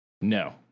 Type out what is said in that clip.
No